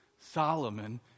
Solomon